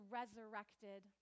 resurrected